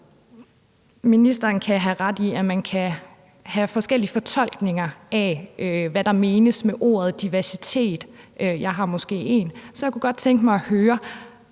Ministeren kan have ret i, at man kan have forskellige fortolkninger af, hvad der menes med ordet diversitet. Jeg har måske én. Så jeg kunne godt tænke mig at høre: